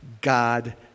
God